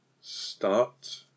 start